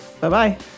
Bye-bye